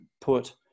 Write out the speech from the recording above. put